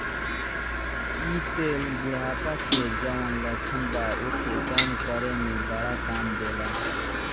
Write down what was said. इ तेल बुढ़ापा के जवन लक्षण बा ओके कम करे में बड़ा काम देला